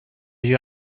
you